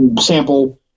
sample